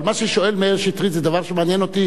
אבל מה ששואל מאיר שטרית זה דבר שמעניין אותי